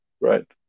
right